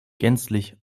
gänzlich